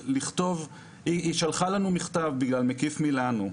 היא שלחה לנו מכתב בעקבות "מקיף מילנו",